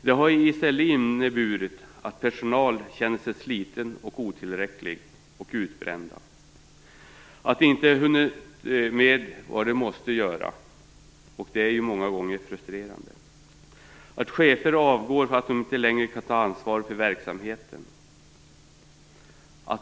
Detta har i stället inneburit att personalen känner sig sliten, otillräcklig och utbränd. De anställda hinner inte med vad de måste göra, och det är många gånger frustrerande. Chefer avgår för att de inte längre kan ta ansvar för verksamheten.